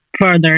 further